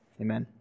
Amen